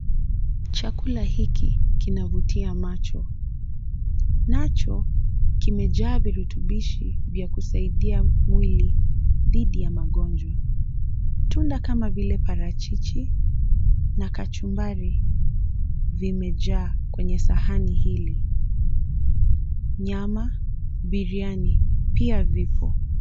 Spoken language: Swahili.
Chakula hiki kinavutia macho. Nacho kimejaa virutubishi vya kusaidia mwili dhidi ya magonjwa. Tunda kama vile parachichi na kachumbari vimejaa kwenye sahani hili. Nyama, biriani pia vipo.